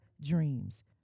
dreams